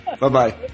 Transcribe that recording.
Bye-bye